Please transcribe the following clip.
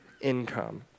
income